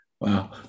Wow